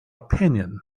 opinion